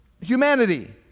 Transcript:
humanity